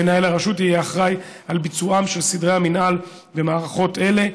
מנהל הרשות יהיה אחראי לביצועם של סדרי המינהל במערכות אלה.